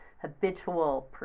habitual